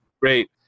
great